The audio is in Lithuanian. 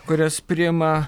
kurias priima